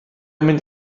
mynd